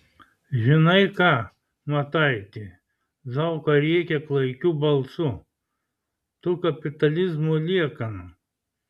žinai ką mataiti zauka rėkia klaikiu balsu tu kapitalizmo liekana